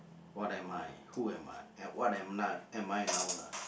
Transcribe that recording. what am I who am I and what am~ am I now lah